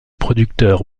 producteur